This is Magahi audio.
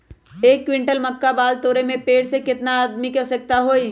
एक क्विंटल मक्का बाल तोरे में पेड़ से केतना आदमी के आवश्कता होई?